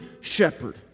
shepherd